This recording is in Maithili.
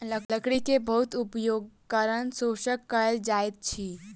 लकड़ी के बहुत उपयोगक कारणें शोषण कयल जाइत अछि